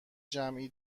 جمعی